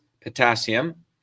potassium